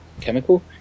Chemical